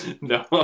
No